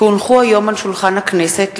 כי הונחו היום על שולחן הכנסת,